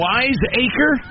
Wiseacre